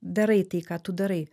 darai tai ką tu darai